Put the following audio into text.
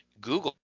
Google